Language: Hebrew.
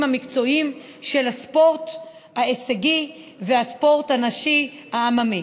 המקצועיים של הספורט ההישגי והספורט הנשי העממי.